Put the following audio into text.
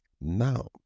now